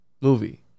movie